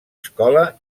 escola